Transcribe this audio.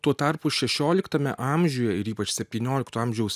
tuo tarpu šešioliktame amžiuje ir ypač septyniolikto amžiaus